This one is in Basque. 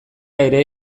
ere